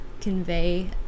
convey